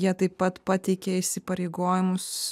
jie taip pat pateikė įsipareigojimus